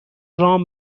رام